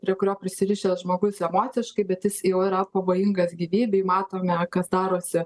prie kurio prisirišęs žmogus emociškai bet jis jau yra pavojingas gyvybei matome kas darosi